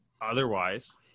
otherwise